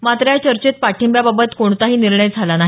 मात्र या चर्चेत पाठिंब्याबाबत कोणताही निर्णय झाला नाही